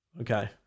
okay